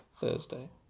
Thursday